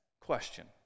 question